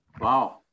Wow